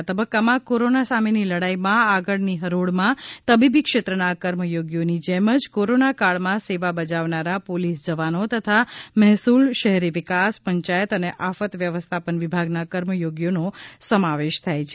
આ તબક્કામાં કોરોના સામેની લડાઇમાં આગળની હરોળમાં તબીબીક્ષેત્રના કર્મચોગીઓની જેમ જ કોરોના કાળમાં સેવા બજાવનારા પોલીસ જવાનો તથા મહેસૂલ શહેરી વિકાસ પંચાયત અને આફત વ્યવસ્થાપન વિભાગના કર્મયોગીઓનો સમાવેશ થાય છે